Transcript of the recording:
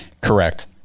correct